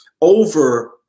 over